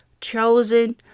chosen